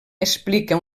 explica